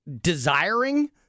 desiring